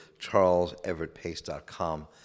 CharlesEverettPace.com